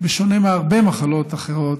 שבשונה מהרבה מחלות אחרות,